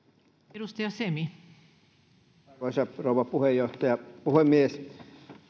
arvoisa rouva puhemies